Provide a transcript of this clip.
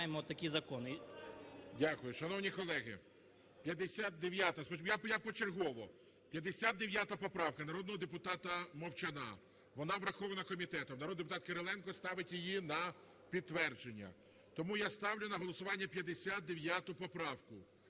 Дякую. Шановні колеги, 59-а, я почергово. 59 поправка народного депутата Мовчана. Вона врахована комітетом. Народний депутат Кириленко ставить її на підтвердження. Тому я ставлю на голосування 59 поправку.